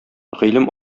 гыйлем